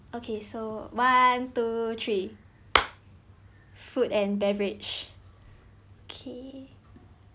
okay so one two three food and beverage okay